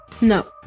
No